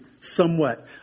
somewhat